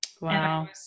wow